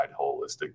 holistic